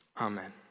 Amen